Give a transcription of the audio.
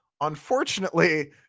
Unfortunately